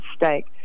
mistake